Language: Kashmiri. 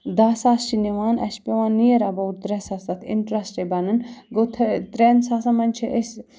دَہ ساس چھِ نِوان اَسہِ چھِ پٮ۪وان نِیَر اٮ۪باوُٹ ترٛےٚ ساس اَتھ اِنٹرٛسٹَے بَنُن گوٚو ترٛٮ۪ن ساسَن منٛز چھِ أسۍ